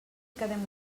quedem